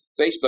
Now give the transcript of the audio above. Facebook